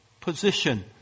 position